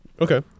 Okay